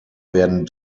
werden